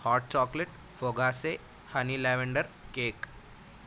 hot chocolate fougasse honey lavender cake